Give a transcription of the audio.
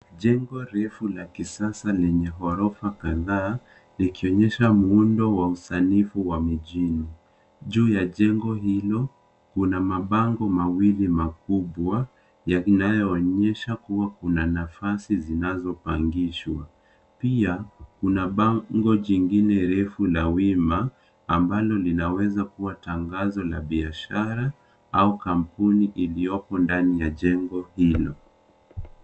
Jengo refu la kisasa lenye ghorofa kadhaa, likionyesha muundo wa usanifu wa mijini. Juu ya jengo hilo kuna mabango mawili makubwa yanayoonyesha kuwa kuna nafasi zinazopangishwa. Pia kuna bango jingine refu la wima ambalo linaweza kuwa tangazo la biashara au kampuni iliyopo ndani ya jengo hilo.